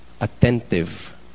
attentive